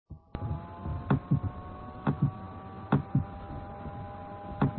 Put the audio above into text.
परिपत्र क्षेत्रों पर लाप्लास समीकरण